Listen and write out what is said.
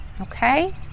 okay